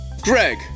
Greg